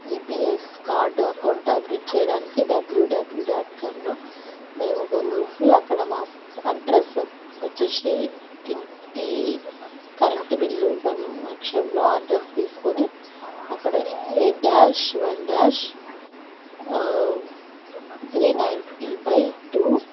EPS card account update చేయడానికి W W dot కమ్లో మేము వెళ్ళి అక్కడ మా అడ్రసు వచ్చి ఇంటి కరెంట్ బిల్ సం అక్షంలో అడ్రస్ తీసుకొని అక్కడ eight dash one dash three ninety by two